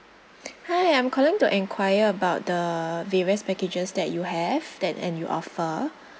hi I'm calling to inquire about the various packages that you have that and you offer